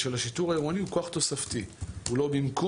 שמבחינת לפחות משטרת ישראל כמי שאמונה על ההפעלה